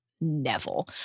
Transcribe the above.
Neville